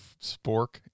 spork